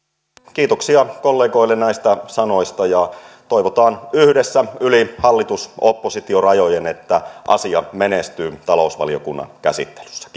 kiitoksia kollegoille näistä sanoista toivotaan yhdessä yli hallitus oppositio rajojen että asia menestyy talousvaliokunnan käsittelyssä